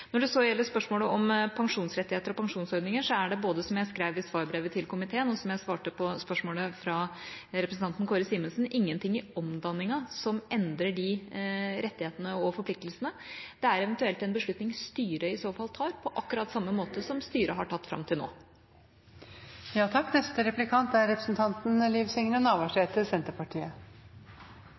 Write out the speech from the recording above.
Når det så gjelder spørsmålet om pensjonsrettigheter og pensjonsordninger, er det, både som jeg skrev i svarbrevet til komiteen, og som jeg svarte på spørsmålet fra representanten Kåre Simensen, ingenting i omdanningen som endrer de rettighetene og forpliktelsene. Det er en beslutning styret i så fall tar, på akkurat samme måte som styret har gjort fram til nå.